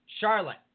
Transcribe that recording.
Charlotte